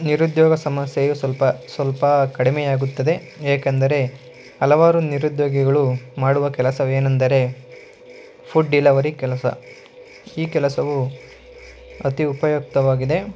ನಿರುದ್ಯೋಗ ಸಮಸ್ಯೆಯು ಸ್ವಲ್ಪ ಸ್ವಲ್ಪ ಕಡಿಮೆಯಾಗುತ್ತದೆ ಏಕೆಂದರೆ ಹಲವಾರು ನಿರುದ್ಯೋಗಿಗಳು ಮಾಡುವ ಕೆಲಸವೇನೆಂದರೆ ಫುಡ್ ಡಿಲವರಿ ಕೆಲಸ ಈ ಕೆಲಸವು ಅತಿ ಉಪಯುಕ್ತವಾಗಿದೆ